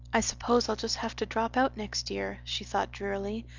i suppose i'll just have to drop out next year, she thought drearily,